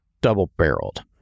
double-barreled